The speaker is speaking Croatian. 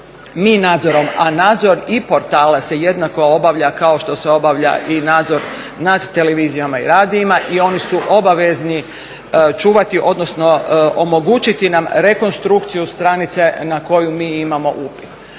mi nadzorom a nadzor i portala se jednako obavlja kao što se obavlja i nadzor nad televizijama i radijima i oni su obavezni čuvati odnosno omogućiti nam rekonstrukciju stranice na koju mi imamo upit.